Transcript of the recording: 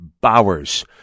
Bowers